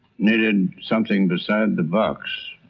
needed something besides the box.